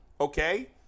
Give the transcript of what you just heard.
okay